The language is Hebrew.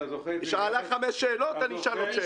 היא שאלה חמש שאלות, אני אשאל עוד שאלה.